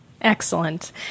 Excellent